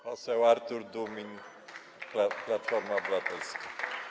Poseł Artur Dunin, Platforma Obywatelska.